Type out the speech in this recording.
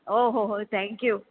ઓહોહો થેંકયુ